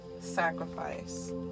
sacrifice